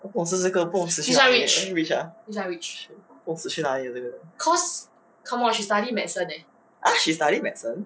不懂是这个不懂死去哪里 rich ah 不懂死去哪里了这个 !huh! she study medicine